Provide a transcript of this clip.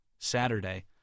Saturday